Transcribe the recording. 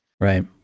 Right